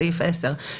בסעיף 10,